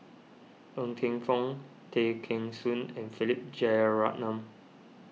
Ng Teng Fong Tay Kheng Soon and Philip Jeyaretnam